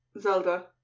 Zelda